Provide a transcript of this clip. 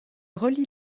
relie